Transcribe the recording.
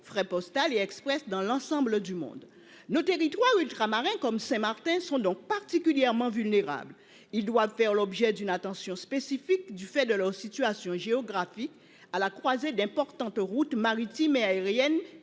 feraient postal et Express dans l'ensemble du monde nos territoires ultramarins comme c'est Martins sont donc particulièrement vulnérables, il doit faire l'objet d'une attention spécifique du fait de leur situation géographique à la croisée d'importantes routes maritimes et aériennes